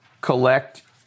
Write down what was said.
collect